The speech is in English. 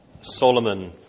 Solomon